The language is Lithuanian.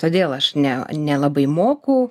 todėl aš ne nelabai moku